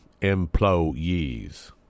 Employees